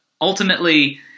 ultimately